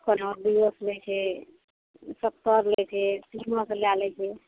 कनहौँ दुइओ सऔ लै छै सत्तरि लै छै तीनो सओ लै लए छै